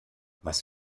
was